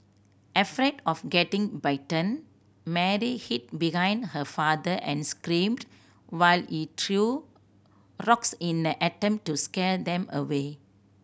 afraid of getting bitten Mary hid behind her father and screamed while he threw rocks in an attempt to scare them away